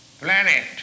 planet